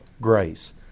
grace